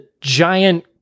giant